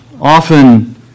often